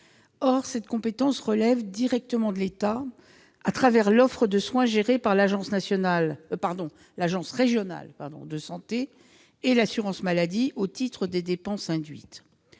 Or cette compétence relève directement de l'État à travers l'offre de soins gérée par l'Agence régionale de santé et l'assurance maladie au titre des dépenses induites.